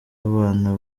abana